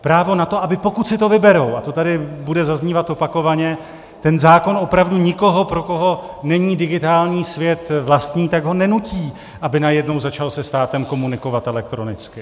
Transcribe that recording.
Právo na to, aby pokud si to vyberou, a to tady bude zaznívat opakovaně, ten zákon opravdu nikoho, pro koho není digitální svět vlastní, nenutí, aby najednou začal se státem komunikovat elektronicky.